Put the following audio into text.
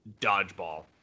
Dodgeball